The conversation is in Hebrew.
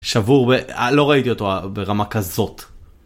שבור ב... לא ראיתי אותו ברמה כזאת.